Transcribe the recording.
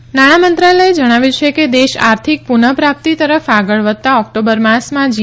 October નાણાં મંત્રાલયે જણાવ્યું છે કે દેશ આર્થિક પુનઃપ્રાપ્તિ તરફ આગળ વધતા ઓક્ટોબર માસમાં જી